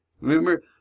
remember